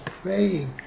praying